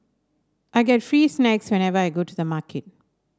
I get free snacks whenever I go to the supermarket